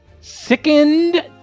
Sickened